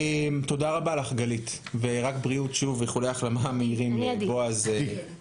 מירה סלומון, מרכז השלטון המקומי, בבקשה.